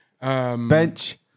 Bench